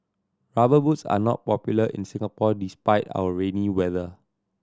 Rubber Boots are not popular in Singapore despite our rainy weather